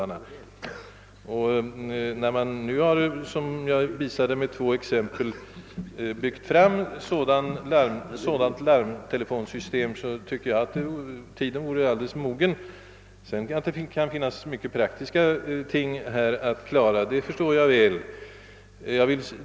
När man nu, såsom jag visade med refererade exempel, kunnat bygga fram ett larmtelefonsystem vid ett par trafikleder, tycker jag att tiden är mogen att ordna ett allmänt system med larmtelefoner. Att det sedan finns många praktiska ting att klara av förstår jag mycket väl.